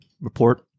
report